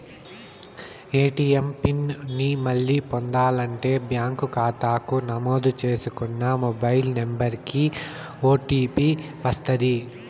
ATM PIN ని మళ్ళీ పొందాలంటే బ్యాంకు కాతాకి నమోదు చేసుకున్న మొబైల్ నంబరికి ఓ.టీ.పి వస్తది